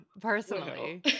personally